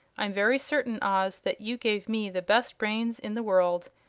i'm very certain, oz, that you gave me the best brains in the world,